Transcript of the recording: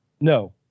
No